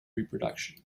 reproduction